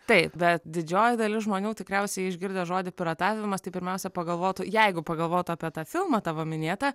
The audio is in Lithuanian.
taip bet didžioji dalis žmonių tikriausiai išgirdę žodį piratavimas tai pirmiausia pagalvotų jeigu pagalvotų apie tą filmą tavo minėtą